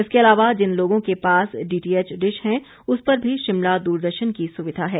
इसके अलावा जिन लोगों के पास डीटीएच डिश हैं उस पर भी शिमला दूरदर्शन की सुविधा है